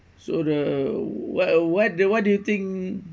so the what uh what the what do you think